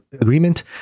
agreement